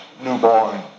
newborn